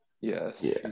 Yes